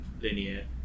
linear